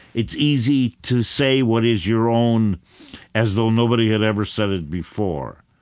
it's easy to say what is your own as though nobody had ever said it before,